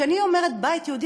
כשאני אומרת "בית יהודי",